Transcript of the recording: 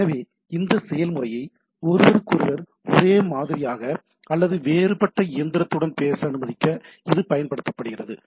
எனவே இந்த செயல்முறையை ஒருவருக்கொருவர் ஒரே மாதிரியாக அல்லது வேறுபட்ட இயந்திரத்துடன் பேச அனுமதிக்க இது பயன்படுத்தப்படுகிறது